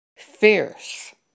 fierce